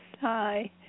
Hi